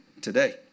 today